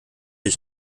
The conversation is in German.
ich